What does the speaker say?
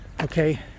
Okay